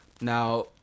Now